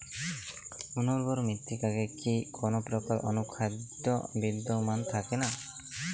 অনুর্বর মৃত্তিকাতে কি কোনো প্রকার অনুখাদ্য বিদ্যমান থাকে না?